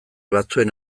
batzuen